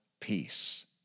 peace